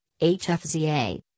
HFZA